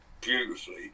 beautifully